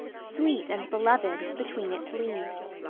sweet and beloved, between its leaves.